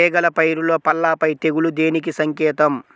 చేగల పైరులో పల్లాపై తెగులు దేనికి సంకేతం?